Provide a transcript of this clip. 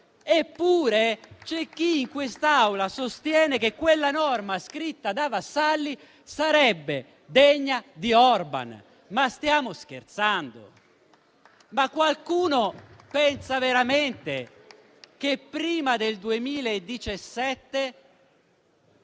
Eppure, c'è chi in quest'Aula sostiene che quella norma scritta da Vassalli sarebbe degna di Orban. Ma stiamo scherzando? Qualcuno pensa veramente che prima del 2017